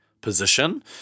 position